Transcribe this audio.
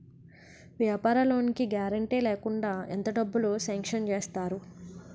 వ్యాపార లోన్ కి గారంటే లేకుండా ఎంత డబ్బులు సాంక్షన్ చేస్తారు?